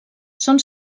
són